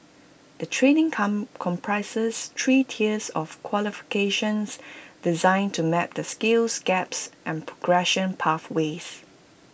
the training come comprises three tiers of qualifications designed to map the skills gaps and progression pathways